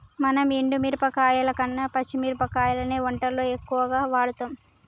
మనం ఎండు మిరపకాయల కన్న పచ్చి మిరపకాయలనే వంటల్లో ఎక్కువుగా వాడుతాం